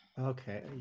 Okay